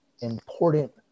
important